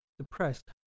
depressed